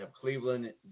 Cleveland